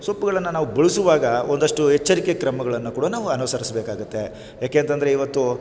ಸೊಪ್ಪುಗಳನ್ನು ನಾವು ಬಳಸುವಾಗ ಒಂದಷ್ಟು ಎಚ್ಚರಿಕೆ ಕ್ರಮಗಳನ್ನೂ ಕೂಡ ನಾವು ಅನುಸರಿಸ್ಬೇಕಾಗುತ್ತೆ ಏಕೆಂತಂದರೆ ಇವತ್ತು